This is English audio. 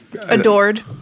adored